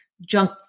junk